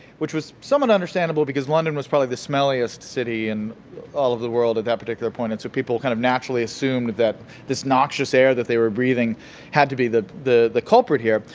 which was somewhat understandable because london was probably the smelliest city in all of the world at that particular point. and so people kind of naturally assume that this noxious air that they were breathing had to be the the culprit here.